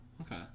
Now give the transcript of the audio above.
Okay